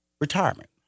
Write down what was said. retirement